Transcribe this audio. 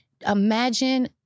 imagine